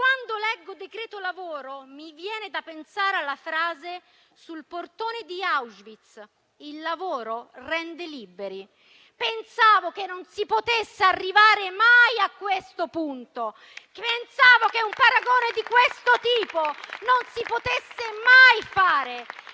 «Quando leggo decreto lavoro, mi viene da pensare alla frase sul portone di Auschwitz: "Il lavoro rende liberi"». Pensavo che non si potesse arrivare mai a questo punto. Pensavo che un paragone di questo tipo non si potesse mai fare.